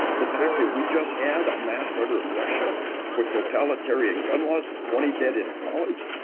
the fact that we just had a mass murder in russia with totalitarian gun laws, and twenty dead in a college.